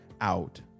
out